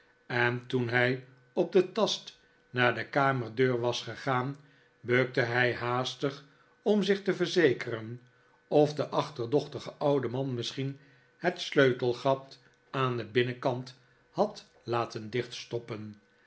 en toen hij op den tast naar de kamerdeur was gegaan bukte hij haastig om zich te verzekeren of de achterdochtige oude man misschien het sleutelgat aan den binnenkant had laten dicht stoppenj